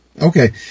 Okay